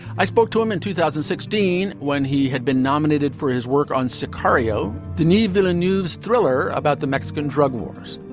i spoke to him in two thousand and sixteen when he had been nominated for his work on sicario the needle, a news thriller about the mexican drug wars.